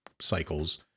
cycles